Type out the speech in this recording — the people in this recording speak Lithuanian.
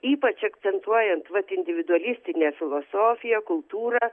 ypač akcentuojant vat individualistinę filosofiją kultūrą